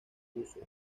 uso